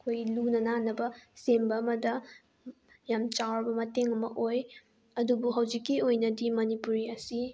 ꯑꯩꯈꯣꯏꯒꯤ ꯂꯨꯅ ꯅꯥꯟꯅꯕ ꯁꯦꯝꯕ ꯑꯃꯗ ꯌꯥꯝ ꯆꯥꯎꯔꯕ ꯃꯇꯦꯡ ꯑꯃ ꯑꯣꯏ ꯑꯗꯨꯕꯨ ꯍꯧꯖꯤꯛꯀꯤ ꯑꯣꯏꯅꯗꯤ ꯃꯅꯤꯄꯨꯔꯤ ꯑꯁꯤ